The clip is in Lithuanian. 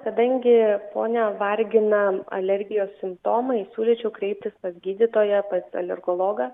kadangi ponią vargina alergijos simptomai siūlyčiau kreiptis pas gydytoją pas alergologą